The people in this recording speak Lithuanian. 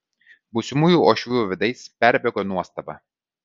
būsimųjų uošvių veidais perbėgo nuostaba